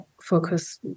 focus